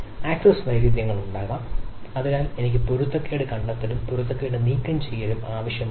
access വൈരുദ്ധ്യങ്ങൾ ഉണ്ടാകാം അതിനാൽ എനിക്ക് പൊരുത്തക്കേട് കണ്ടെത്തലും പൊരുത്തക്കേട് നീക്കംചെയ്യലും ആവശ്യമാണ്